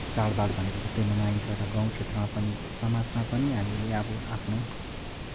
चाडबाड भनेर जस्तै मनाइन्छ र गाउँ क्षेत्रमा पनि समाजमा पनि हामीले अब आफ्नो